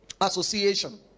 Association